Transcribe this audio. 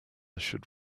should